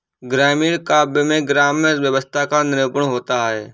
ग्रामीण काव्य में ग्राम्य व्यवस्था का निरूपण होता है